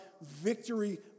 victory